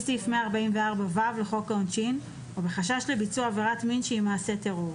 סעיף 144ו לחוק העונשין או בחשד לביצוע עבירת מין שהיא מעשה טרור.